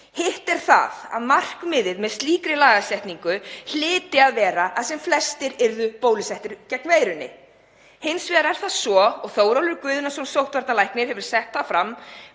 útgöngubann. Markmiðið með slíkri lagasetningu hlyti að vera að sem flestir yrðu bólusettir gegn veirunni. Hins vegar er það svo og Þórólfur Guðnason sóttvarnalæknir hefur sett það fram,